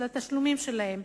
של התשלומים שלהם,